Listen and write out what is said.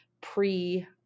pre